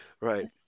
Right